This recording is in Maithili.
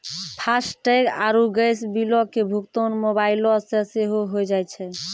फास्टैग आरु गैस बिलो के भुगतान मोबाइलो से सेहो होय जाय छै